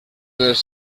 dels